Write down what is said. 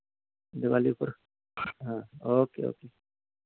दिवाली पर okay okay